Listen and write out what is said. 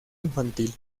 infantil